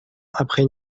après